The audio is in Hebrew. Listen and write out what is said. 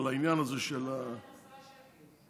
עשר שקל על העניין הזה של, עשרה שקל?